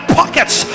pockets